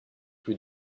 rue